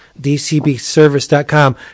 DCBService.com